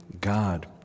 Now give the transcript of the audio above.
God